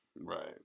Right